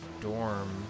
dorm